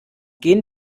gehen